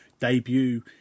debut